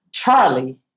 Charlie